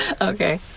Okay